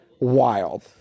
Wild